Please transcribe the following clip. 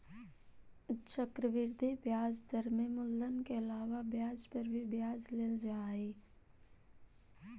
चक्रवृद्धि ब्याज दर में मूलधन के अलावा ब्याज पर भी ब्याज लेल जा हई